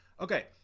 Okay